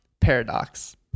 paradox